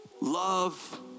love